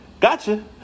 Gotcha